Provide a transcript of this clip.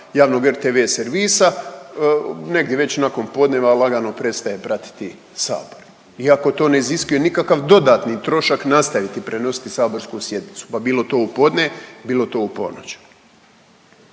javnog RTV servisa, negdje već nakon podneva lagano prestaje pratiti Sabor iako to ne iziskuje nikakav dodatni trošak nastaviti prenositi saborsku sjednicu, pa bilo to u podne, bilo to u ponoć.